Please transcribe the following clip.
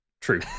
true